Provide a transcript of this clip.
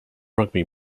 rugby